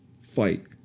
fight